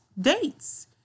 dates